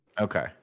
Okay